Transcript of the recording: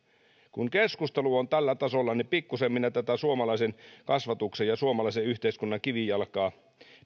kun keskustelu on tällä tasolla niin pikkusen minä tätä suomalaisen kasvatuksen ja suomalaisen yhteiskunnan kivijalkaa